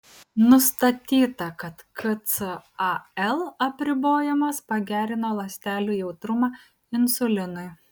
nustatyta kad kcal apribojimas pagerino ląstelių jautrumą insulinui